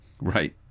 Right